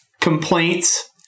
complaints